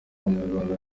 abanyarwanda